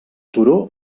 turó